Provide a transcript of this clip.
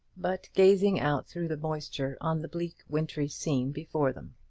but gazing out through the moisture on the bleak wintry scene before them.